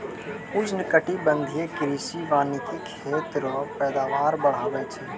उष्णकटिबंधीय कृषि वानिकी खेत रो पैदावार बढ़ाबै छै